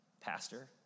pastor